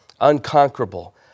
unconquerable